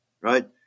Right